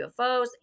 UFOs